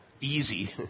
easy